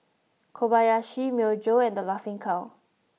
Kobayashi Myojo and The Laughing Cow